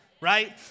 right